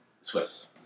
Swiss